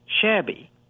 shabby